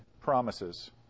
promises